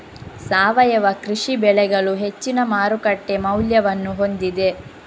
ಸಾವಯವ ಕೃಷಿ ಬೆಳೆಗಳು ಹೆಚ್ಚಿನ ಮಾರುಕಟ್ಟೆ ಮೌಲ್ಯವನ್ನು ಹೊಂದಿದೆ